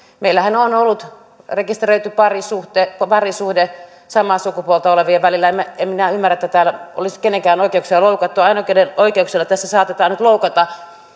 meillähän on ollut rekisteröity parisuhde samaa sukupuolta olevien välillä en minä en minä ymmärrä että täällä olisi kenenkään oikeuksia loukattu ainoat keiden oikeuksia tässä saatetaan nyt loukata